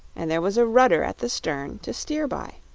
and there was a rudder at the stern to steer by.